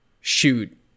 shoot